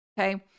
okay